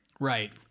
right